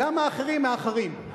למה אחרים מאחרים.